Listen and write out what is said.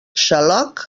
xaloc